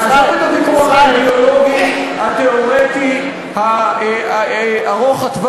נעזוב את הוויכוח האידיאולוגי התיאורטי ארוך-הטווח.